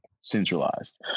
centralized